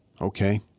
Okay